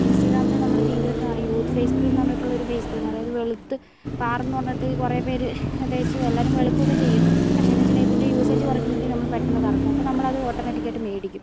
ഇൻസ്റ്റാഗ്രാമില് നമ്മള് ടീവീലക്കെ കാണിക്കും യൂത്ത് ഫേസ് ക്രീം എന്ന് പറഞ്ഞിട്ടുള്ളൊരു ഫേയ്സ് ക്രീം അതായത് വെളുത്ത് പാറ് എന്ന് പറഞ്ഞിട്ട് കുറെ പേര് അത് തേച്ച് എല്ലാരും വെളുക്കുവൊക്കെ ചെയ്യും പക്ഷെ എന്ന് വെച്ചിട്ടുണ്ടേ ഇതിൻ്റെ യൂസേജ് കൊറയ്ക്കമ്പത്തേക്കും നമ്മള് പെട്ടെന്ന് കറുക്കും അപ്പം നമ്മളത് ഓട്ടോമാറ്റിക് ആയിട്ട് മേടിക്കും